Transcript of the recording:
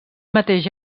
mateix